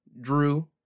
Drew